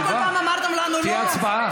היה לכם מספיק זמן לפתור את זה, חבר'ה.